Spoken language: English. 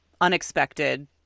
unexpected